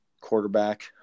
Quarterback